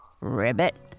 Ribbit